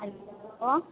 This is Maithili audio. हेलो कौन